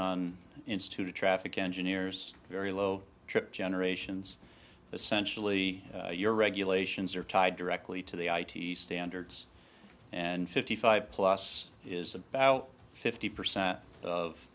on institute traffic engineers very low trip generations essentially your regulations are tied directly to the i t standards and fifty five plus is about fifty percent of